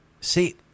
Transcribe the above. see